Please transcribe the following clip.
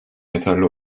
yeterli